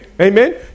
Amen